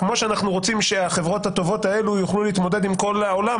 כמו שאנחנו רוצים שהחברות הטובות האלה יוכלו להתמודד עם כל העולם,